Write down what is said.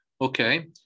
Okay